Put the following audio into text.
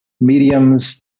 mediums